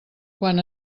quan